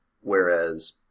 Whereas